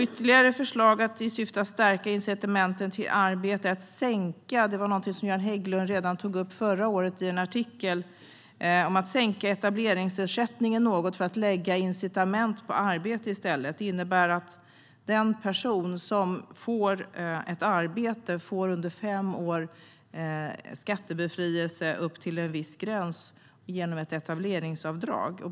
Ytterligare ett förslag i syfte att stärka incitamenten till arbete är någonting som Göran Hägglund tog upp redan förra året i en artikel. Det är att sänka etableringsersättningen något för att i stället lägga incitament på arbete. Det innebär att den person som får ett arbete får skattebefrielse under fem år upp till en viss gräns genom ett etableringsuppdrag.